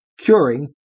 curing